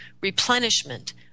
replenishment